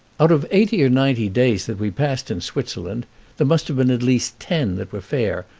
out of eighty or ninety days that we passed in switzerland there must have been at least ten that were fair,